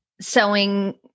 sewing